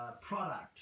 product